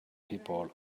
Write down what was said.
people